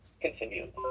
Continue